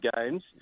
games